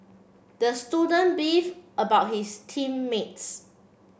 the student beefed about his team mates